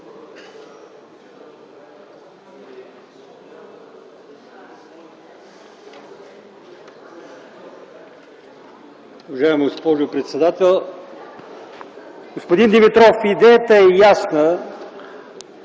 Уважаема госпожо председател, господин Димитров! Идеята е ясна.